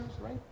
right